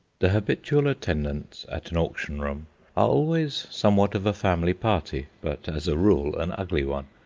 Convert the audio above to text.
the habitual attendants at an auction-room are always somewhat of a family party, but, as a rule, an ugly one.